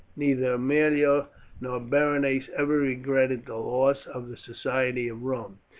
neither aemilia nor berenice ever regretted the loss of the society of rome.